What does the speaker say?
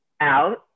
out